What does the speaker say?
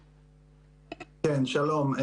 כן, שלום.